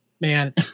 man